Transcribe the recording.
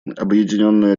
объединенная